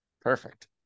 perfect